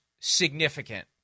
significant